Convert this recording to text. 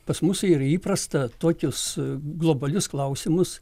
pas mus yra įprasta tokius globalius klausimus